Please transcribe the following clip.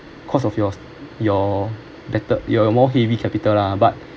because of yours your better you have more heavy capital lah but